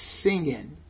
singing